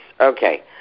Okay